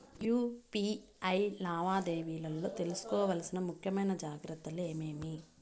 UPI లావాదేవీలలో తీసుకోవాల్సిన ముఖ్యమైన జాగ్రత్తలు ఏమేమీ?